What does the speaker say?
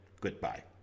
goodbye